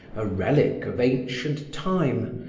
a relic of ancient time,